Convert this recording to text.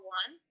one